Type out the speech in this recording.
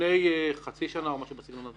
לפני חצי שנה או משהו בסגנון הזה.